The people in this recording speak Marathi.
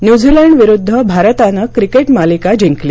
न्यूझिलंडविरुद्ध भारतानं क्रिकेट मालिका जिंकली